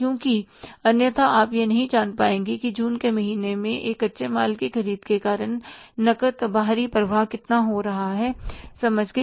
क्योंकि अन्यथा आप यह नहीं जान पाएंगे कि जून के महीने में एक कच्चे माल की ख़रीद के कारण नकद बाहरी प्रवाह कितना हो रहा हैसमझ गए